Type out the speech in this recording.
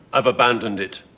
i've abandoned it.